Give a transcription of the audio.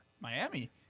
Miami